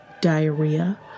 diarrhea